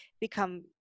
become